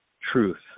truth